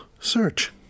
search